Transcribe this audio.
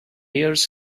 years